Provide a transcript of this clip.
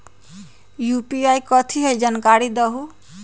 UPI कथी है? जानकारी दहु